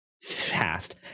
Fast